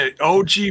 OG